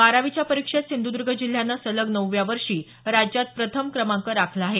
बारावीच्या परीक्षेत सिंधुद्र्ग जिल्ह्यानं सलग नवव्या वर्षी राज्यात प्रथम क्रमांक राखला आहे